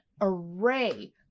array